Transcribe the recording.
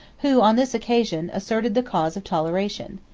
who, on this occasion, asserted the cause of toleration.